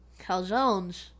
Calzones